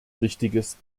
richtiges